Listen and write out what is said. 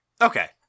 Okay